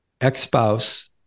ex-spouse